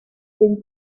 den